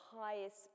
highest